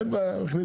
אין בעיה.